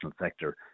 sector